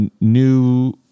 new